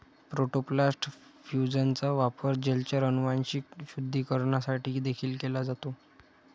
protoplast फ्यूजनचा वापर जलचर अनुवांशिक शुद्धीकरणासाठी देखील केला जातो